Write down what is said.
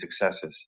successes